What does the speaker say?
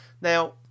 Now